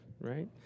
right